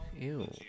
Ew